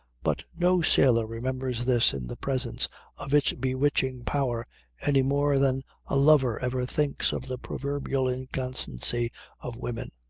but no sailor remembers this in the presence of its bewitching power any more than a lover ever thinks of the proverbial inconstancy of women.